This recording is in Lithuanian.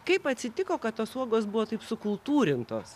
kaip atsitiko kad tos uogos buvo taip sukultūrintos